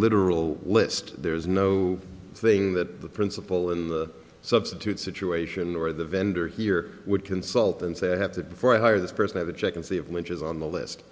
literal list there is no thing that the principal in the substitute situation or the vendor here would consult and say i have to before i hire this person i would check and see which is on the list